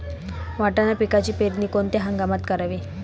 वाटाणा पिकाची पेरणी कोणत्या हंगामात करावी?